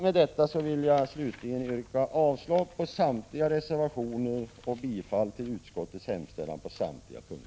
Med detta vill jag slutligen yrka avslag på samtliga reservationer och bifall till utskottets hemställan på samtliga punkter.